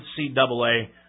NCAA